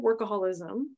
workaholism